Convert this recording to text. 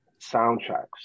soundtracks